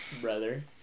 brother